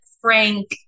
Frank